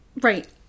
Right